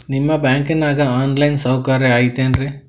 ನಿಮ್ಮ ಬ್ಯಾಂಕನಾಗ online ಸೌಕರ್ಯ ಐತೇನ್ರಿ?